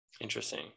Interesting